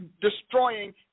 destroying